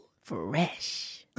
Fresh